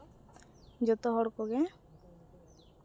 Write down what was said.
ᱡᱚᱛᱚ ᱦᱚᱲ ᱠᱚᱜᱮ